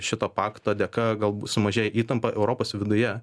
šito pakto dėka galbūt sumažėja įtampa europos viduje